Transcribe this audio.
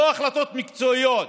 לא החלטות מקצועיות,